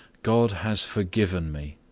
god has forgiven me.